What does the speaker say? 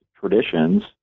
traditions